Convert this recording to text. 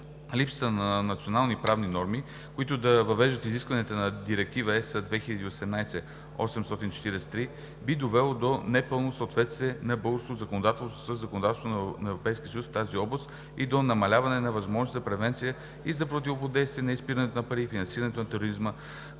липсата на национални правни норми, които да въвеждат изискванията на Директива (ЕС) 2018/843, би довело до непълно съответствие на българското законодателство със законодателството на Европейския съюз в тази област и до намаляване на възможностите за превенция и за противодействие на изпирането на пари и финансирането на тероризма,